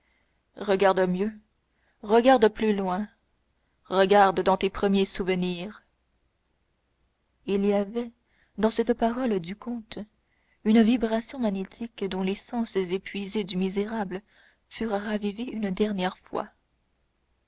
regarde mieux regarde plus loin regarde dans tes premiers souvenirs il y avait dans cette parole du comte une vibration magnétique dont les sens épuisés du misérable furent ravivés une dernière fois